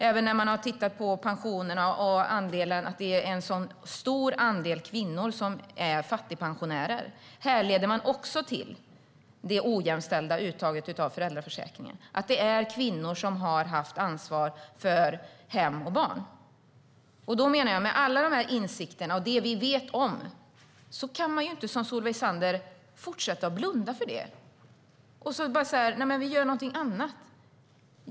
Även när man har tittat på pensionerna och att det är en så stor andel kvinnor som är fattigpensionärer härleder man det till det ojämställda uttaget av föräldraförsäkringen. Det är kvinnor som har haft ansvar för hem och barn. Med alla dessa insikter och det vi vet om kan man inte som Solveig Zander fortsätta att blunda för det och säga: Vi gör någonting annat.